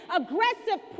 aggressive